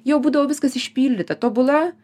jau būdavo viskas išpildyta tobula